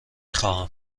خواهم